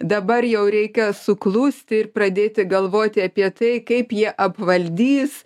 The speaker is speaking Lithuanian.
dabar jau reikia suklusti ir pradėti galvoti apie tai kaip jie apvaldys